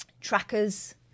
trackers